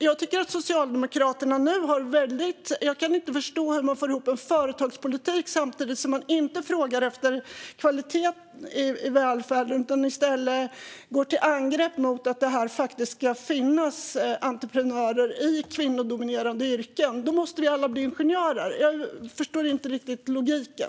Jag kan inte förstå hur Socialdemokraterna får ihop en företagspolitik samtidigt som man inte frågar efter kvalitet i välfärden utan i stället går till angrepp mot att det faktiskt ska finnas entreprenörer i kvinnodominerade yrken. Då måste vi alla bli ingenjörer. Jag förstår inte riktigt logiken.